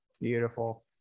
Beautiful